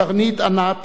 קרנית, ענת